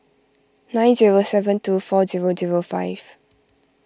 nine zero seven two four zero zero five